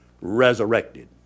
resurrected